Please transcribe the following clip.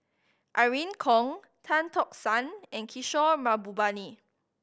Irene Khong Tan Tock San and Kishore Mahbubani